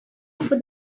for